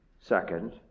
Second